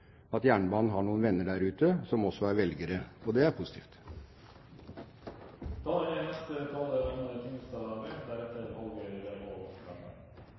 at jernbanen har noen venner der ute som også er velgere, og det er positivt.